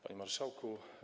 Panie Marszałku!